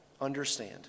understand